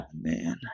man